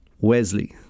Wesley